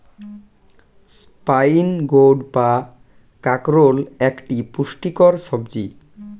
spine gourd বা কাঁকরোল একটি পুষ্টিকর সবজি